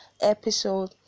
episode